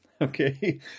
okay